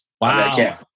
wow